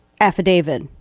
Affidavit